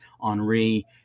Henri